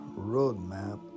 roadmap